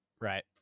Right